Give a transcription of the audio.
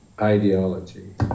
ideology